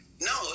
no